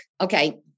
okay